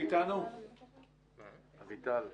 עו"ד שטרנברג,